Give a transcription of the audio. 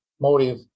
motive